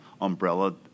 umbrella